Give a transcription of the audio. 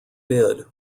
bid